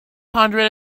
hundred